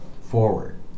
forward